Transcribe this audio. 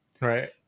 Right